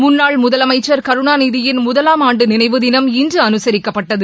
முன்னாள் முதலமைச்சர் கருணாநிதியின் முதலாம் ஆண்டு நினைவு தினம் இன்று அனுசரிக்கப்பட்டது